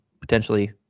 potentially